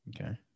okay